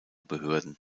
behörden